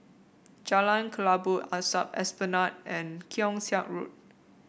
Jalan Kelabu Asap Esplanade and Keong Saik Road